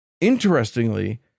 Interestingly